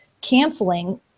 canceling